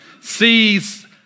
sees